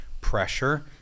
pressure